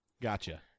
Gotcha